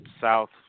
South